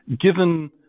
given